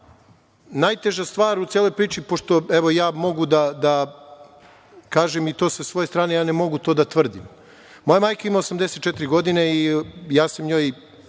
najteža stvar u celoj toj priči, pošto ja mogu da kažem i to sa svoje strane, ne mogu to da tvrdim. Moja majka ima 84 godine i ja sam njoj